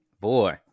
Boy